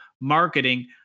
marketing